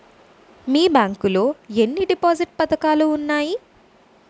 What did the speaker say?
మీ bank లో ఎన్ని deposit పథకాలు ఉన్నాయి?